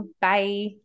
Bye